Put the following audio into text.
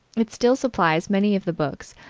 it still supplies many of the books,